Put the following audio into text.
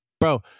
Bro